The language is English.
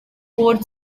board